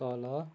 तल